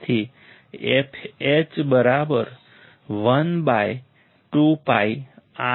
તેથી fH 12πR1C1 છે